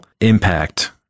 impact